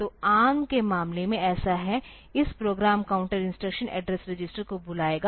तो ARM के मामले में ऐसा है इस program counter instruction address register को बुलाएगा